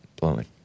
blowing